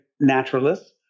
Naturalists